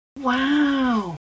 wow